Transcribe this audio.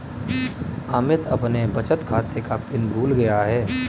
अमित अपने बचत खाते का पिन भूल गया है